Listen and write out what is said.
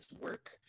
work